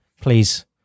please